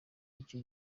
icyo